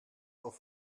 auf